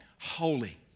holy